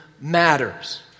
matters